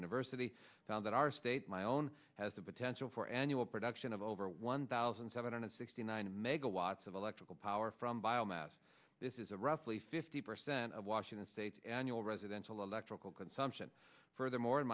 university found that our state my own has the potential for annual production of over one thousand seven hundred sixty nine megawatts of electrical power from biomass this is a roughly fifty percent of washington state's annual residential electrical consumption furthermore in